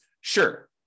Sure